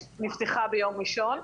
שנפתחה ביום ראשון.